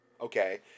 okay